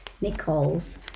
nichols